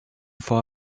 for